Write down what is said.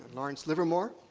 lawrence livermore,